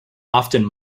often